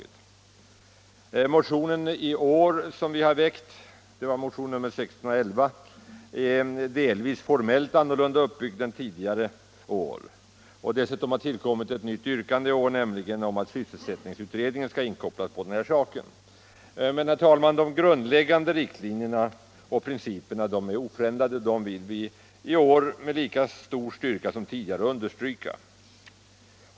Den motion som vi har väckt i år, nr 1611, är formellt delvis uppbyggd på ett annat sätt än tidigare. Dessutom har det tillkommit ett nytt yrkande, nämligen att sysselsättningsutredningen skall kopplas in på den här saken. Men de grundläggande riktlinjerna och principerna är oförändrade. Dem vill vi i år med lika stor styrka som tidigare understryka.